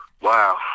wow